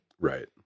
Right